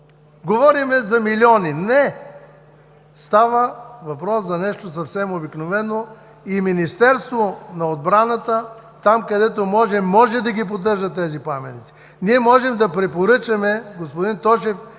Говорим за милиони! – Не, става въпрос за нещо съвсем обикновено и Министерство на отбраната, там където може, може да ги поддържа тези паметници. Ние можем да препоръчаме, господин Тошев,